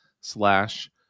slash